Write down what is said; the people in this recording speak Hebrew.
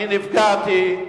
אני נפגעתי,